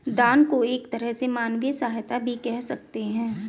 दान को एक तरह से मानवीय सहायता भी कह सकते हैं